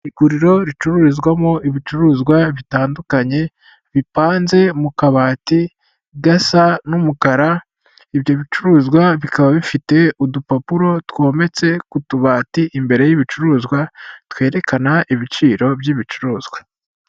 Iguriro ricururizwamo ibicuruzwa bitandukanye, bipanze mu kabati gasa n'umukara, ibyo bicuruzwa bikaba bifite udupapuro twometse ku tubati imbere y'ibicuruzwa, twerekana ibiciro by'ibicuruzwa.